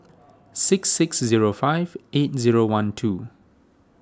six six zero five eight zero one two